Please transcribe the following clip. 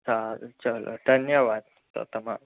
સારું ચાલો ધન્યવાદ તમારો